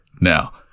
now